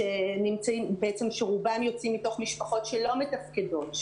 שרובם יוצאים ממשפחות שהן לא מתפקדות.